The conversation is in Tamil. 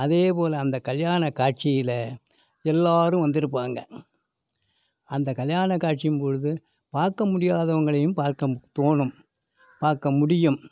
அதே போல் அந்த கல்யாண காட்சியில் எல்லோரும் வந்திருப்பாங்க அந்த கல்யாண காட்சியின் பொழுது பார்க்க முடியாதவங்களையும் பார்க்கத் தோணும் பார்க்க முடியும்